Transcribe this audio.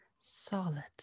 solid